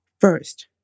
first